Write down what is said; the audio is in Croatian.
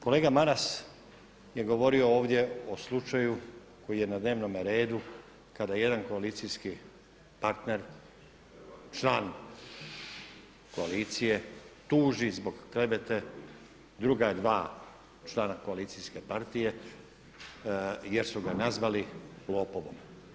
Kolega Maras je govorio ovdje o slučaju koji je na dnevnome redu kada jedan koalicijski partner, član koalicije tuži zbog klevete druga dva člana koalicijske partije jer su ga nazvali lopovom.